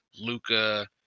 Luca